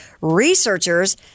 Researchers